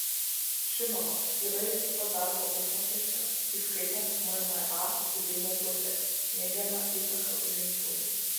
žinoma yra ir kita darbo užmokesčio įskaitant mma didėjimo pusė neigiama įtaka užimtumui